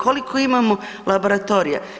Koliko imamo laboratorija?